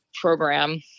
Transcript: program